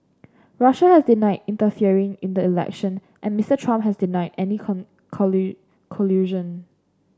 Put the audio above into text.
Russia has denied interfering in the election and Mister Trump has denied any collusion